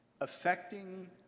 affecting